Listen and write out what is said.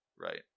right